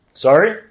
Sorry